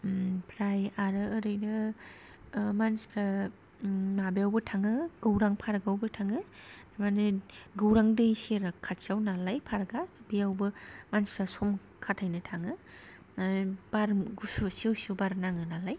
आमफ्राय आरो ओरैनो मानसिफ्रा माबायावबो थाङो गौरां पार्कआवबो थाङो थारमाने गौरां दै सेर खाथियाव नालाय पार्कआ बेयावबो मानसिफ्रा सम खाथायनो थाङो आरो बार गुसु सिउ सिउ बार नाङो नालाय